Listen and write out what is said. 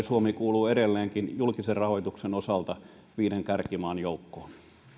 suomi kuuluu edelleenkin julkisen rahoituksen osalta viiden kärkimaan joukkoon